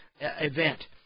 event